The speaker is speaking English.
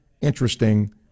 interesting